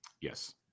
Yes